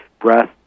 breath